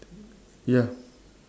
ya